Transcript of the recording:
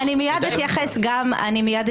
אני מיד אתייחס גם לזה.